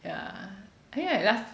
ya I think like last